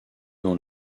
dans